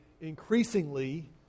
increasingly